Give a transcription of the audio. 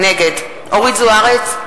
נגד אורית זוארץ,